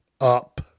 up